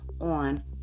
on